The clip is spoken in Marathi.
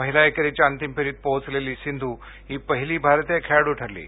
महिला एकेरीच्या अंतिम फेरीत पोचलेली सिंधू ही पहिली भारतीय खेळाडू ठरली आहे